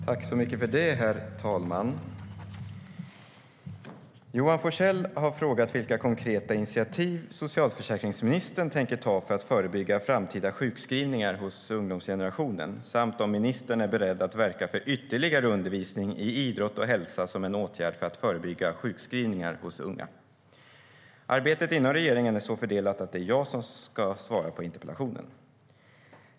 Herr talman! Johan Forssell har frågat vilka konkreta initiativ socialförsäkringsministern tänker ta för att förebygga framtida sjukskrivningar hos ungdomsgenerationen samt om ministern är beredd att verka för ytterligare undervisning i idrott och hälsa som en åtgärd för att förebygga sjukskrivningar hos unga. Arbetet inom regeringen är så fördelat att det är jag som ska svara på interpellationen.